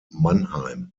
mannheim